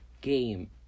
game